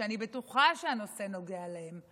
ואני בטוחה שהנושא נוגע להם: